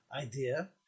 idea